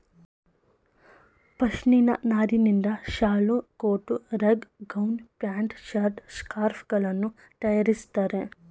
ಪಶ್ಮಿನ ನಾರಿನಿಂದ ಶಾಲು, coat, rug, gown, pant, shirt, scarf ಗಳನ್ನು ತರಯಾರಿಸ್ತರೆ